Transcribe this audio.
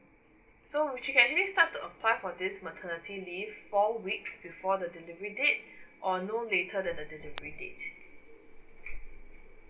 so which it can means start to apply for this maternity leave four weeks before the delivery date or no later than the delivery date